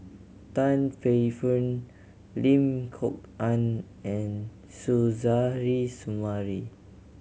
Tan Paey Fern Lim Kok Ann and Suzairhe Sumari